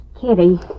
Kitty